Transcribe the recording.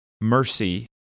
mercy